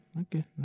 okay